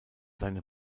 seine